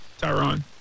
Tyron